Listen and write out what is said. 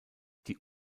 die